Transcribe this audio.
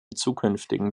zukünftigen